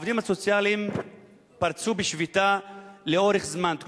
העובדים הסוציאליים פרצו בשביתה שנמשכה לאורך זמן,